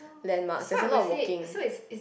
landmark there's a lot of walking